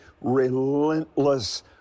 relentless